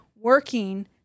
working